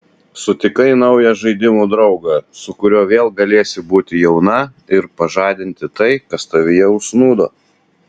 sutikai naują žaidimų draugą su kuriuo vėl galėsi būti jauna ir pažadinti tai kas tavyje užsnūdo